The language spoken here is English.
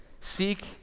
Seek